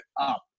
up